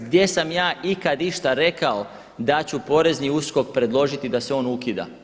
Gdje sam ja ikad išta rekao da ću Porezni USKOK predložiti da se on ukida?